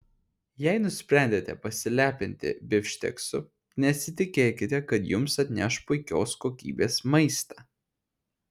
jei nusprendėte pasilepinti bifšteksu nesitikėkite kad jums atneš puikios kokybės maistą